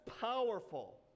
powerful